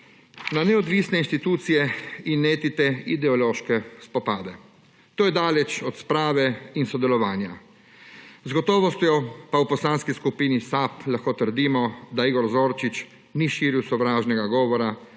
na neodvisne inštitucije in netite ideološke spopade. To je daleč od sprave in sodelovanja. Z gotovostjo pa v Poslanski skupini SAB lahko trdimo, da Igor Zorčič ni širil sovražnega govora,